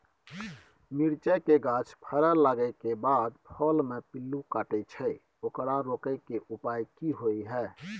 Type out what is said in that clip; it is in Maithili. मिरचाय के गाछ फरय लागे के बाद फल में पिल्लू काटे छै ओकरा रोके के उपाय कि होय है?